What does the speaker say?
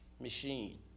machine